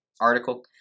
article